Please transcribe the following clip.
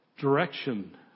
direction